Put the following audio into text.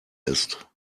ist